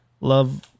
love